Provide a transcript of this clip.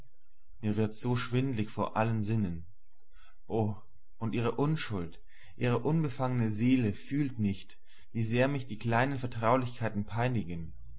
vorwärts mir wird's so schwindelig vor allen sinnen o und ihre unschuld ihre unbefangene seele fühlt nicht wie sehr mich die kleinen vertraulichkeiten peinigen